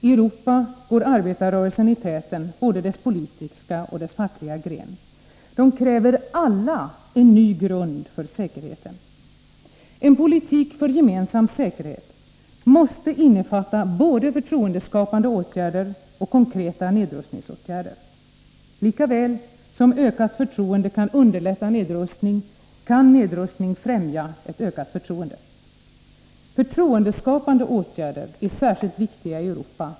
I Europa går arbetarrörelsen i täten, både dess politiska och dess fackliga gren. De kräver alla en ny grund för säkerheten. En politik för gemensam säkerhet måste innefatta både förtroendeskapande åtgärder och konkreta nedrustningsåtgärder. Lika väl som ökat förtroende kan underlätta nedrustning kan nedrustning främja ett ökat förtroende. Förtroendeskapande åtgärder är särskilt viktiga i Europa.